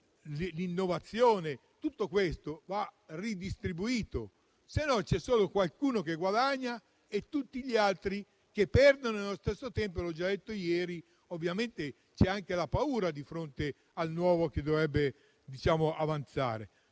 ridistribuzione complessiva; altrimenti, c'è solo qualcuno che guadagna e tutti gli altri che perdono e, allo stesso tempo, come ho già detto ieri, ovviamente c'è anche la paura di fronte al nuovo che dovrebbe avanzare.